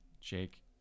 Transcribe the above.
Jake